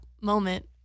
moment